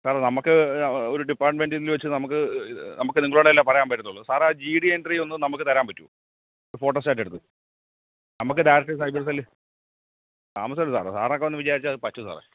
സാറെ നമുക്ക് ഒരു ഡിപ്പാട്ട്മെൻറ്റിൽ വെച്ച് നമുക്ക് നമുക്ക് നിങ്ങളോടല്ലേ പറയാൻ പറ്റത്തുള്ളൂ സാറെ ആ ജീ ഡി എൻട്രി ഒന്നു നമുക്ക് തരാൻ പറ്റുമോ ഫോട്ടോസ്റ്റാറ്റ് എടുത്ത് നമുക്ക് ഡയറക്റ്റ് സൈബർ സെല്ല് താമസമെന്ത് സാറെ സാറൊക്കെ ഒന്നു വിചാരിച്ചാൽ അതു പറ്റും സാറേ